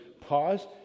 pause